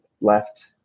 left